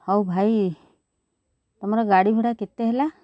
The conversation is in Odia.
ହଉ ଭାଇ ତୁମର ଗାଡ଼ି ଭଡ଼ା କେତେ ହେଲା